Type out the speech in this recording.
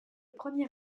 premier